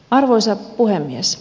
arvoisa puhemies